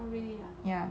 ya